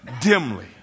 dimly